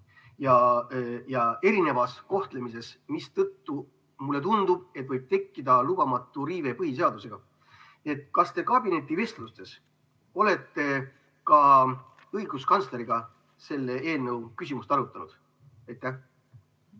ja erinevas kohtlemises, mistõttu mulle tundub, et võib tekkida lubamatu põhiseaduse riive. Kas te kabinetivestlustes olete ka õiguskantsleriga selle eelnõu küsimust arutanud? Aitäh!